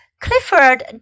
Clifford